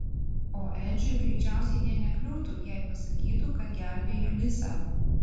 o edžiui greičiausiai nė nekliūtų jei pasakytų kad gelbėjo lisą